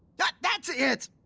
but that's it!